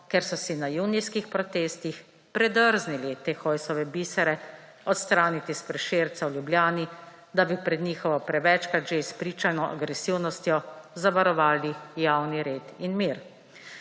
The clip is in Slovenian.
ker so si na junijskih protestih predrznili te Hojsove bisere odstraniti s Prešernovega trga v Ljubljani, da bi pred njihovo prevečkrat že izpričano agresivnostjo zavarovali javni red in mir.